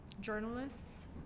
journalists